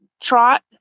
trot